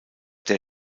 der